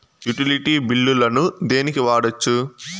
Utility బిల్లులను దేనికి వాడొచ్చు?